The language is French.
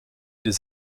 des